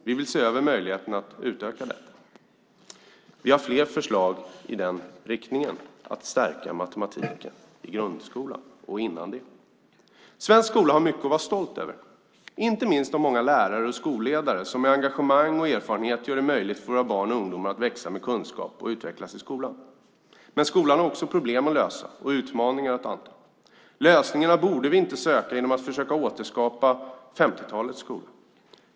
Vi vill se över möjligheten att utöka här och har fler förslag i den riktningen för att stärka matematiken i grundskolan och även dessförinnan. Svensk skola har mycket att vara stolt över, inte minst de många lärare och skolledare som med engagemang och erfarenhet gör det möjligt för våra barn och ungdomar att växa med kunskap och att utvecklas i skolan. Men skolan har också problem att lösa och utmaningar att anta. Lösningarna borde vi inte söka genom att försöka återskapa 50-talets skola.